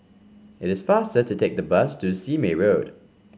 it is faster to take the bus to Sime Road